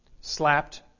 slapped